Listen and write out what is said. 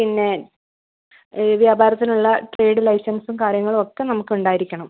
പിന്നെ വ്യാപാരത്തിനുള്ള ട്രേഡ് ലൈസൻസും കാര്യങ്ങളും ഒക്കെ നമക്കുണ്ടായിരിക്കണം